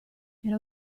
era